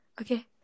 Okay